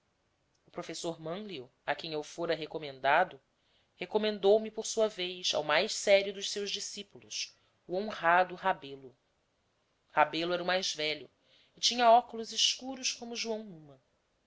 o professor mânlio a quem eu fora recomendado recomendou me por sua vez ao mais sério dos seus discípulos o honrado rebelo rebelo era o mais velho e tinha óculos escuros como joão numa